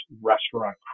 restaurant